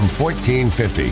1450